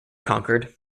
conquered